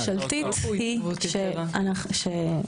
העמדה הממשלתית היא שאנחנו,